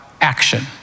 action